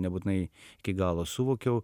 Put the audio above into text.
nebūtinai iki galo suvokiau